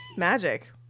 magic